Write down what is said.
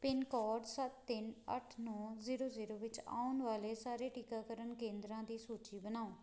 pin code ਸੱਤ ਤਿੰਨ ਅੱਠ ਨੌ ਜ਼ੀਰੋ ਜ਼ੀਰੋ ਵਿੱਚ ਆਉਣ ਵਾਲੇ ਸਾਰੇ ਟੀਕਾਕਰਨ ਕੇਂਦਰਾਂ ਦੀ ਸੂਚੀ ਬਣਾਓ